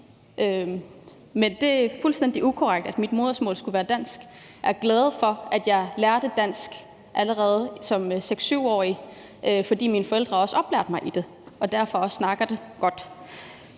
er. Det er fuldstændig ukorrekt, at mit modersmål skulle være dansk. Jeg er glad for, at jeg lærte dansk allerede som 6-7-årig, fordi mine forældre lærte mig det og derfor også snakker det godt.